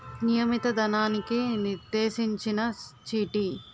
నియమిత ధనానికి నిర్దేశించిన చీటీ